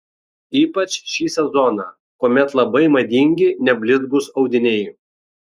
ypač šį sezoną kuomet labai madingi neblizgūs audiniai